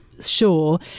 sure